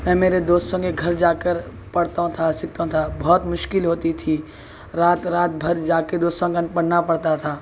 میں میرے دوستوں کے گھر جا کر پڑھتا تھا سیکھتا تھا بہت مشکل ہوتی تھی رات رات بھر جا کے دوستوں کن پڑھنا پڑتا تھا